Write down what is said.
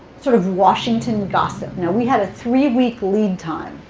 sort of washington gossip. now we had a three-week lead time.